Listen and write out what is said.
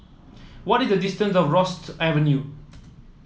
what is the distance Rosyth Avenue